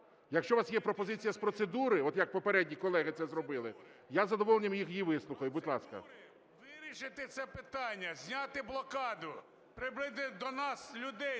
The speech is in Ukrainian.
Якщо у вас є пропозиція з процедури, от як попередні колеги це зробили, я із задоволенням її вислухаю. Будь ласка.